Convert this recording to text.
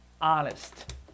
honest